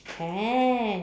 can